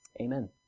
Amen